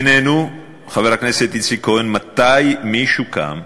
כי בינינו, חבר הכנסת איציק כהן, מתי מישהו קם,